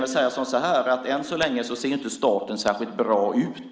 Än så länge ser inte starten särskilt bra ut.